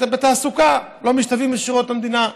בתעסוקה, לא משתלבים בשורות המדינה,